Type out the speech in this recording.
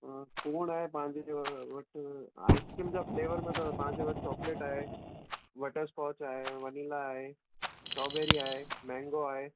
हा खोड़ आहे पंहिंजे जो मूं वटि आइस्क्रीम जा फ्लेवर में त तव्हांजे वटि चॉकलेट आहे बटरस्कॉच आहे वैनिला आहे स्ट्रॉबैरी आहे मैंगो आहे